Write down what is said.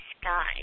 sky